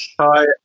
Hi